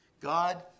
God